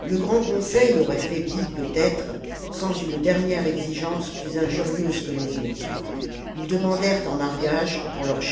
le grand conseil aurait faibli peut-être sans une dernière exigence plus injurieuse que les autres ils demandèrent en mariage pour leurs